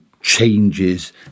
changes